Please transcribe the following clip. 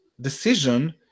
decision